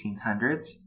1800s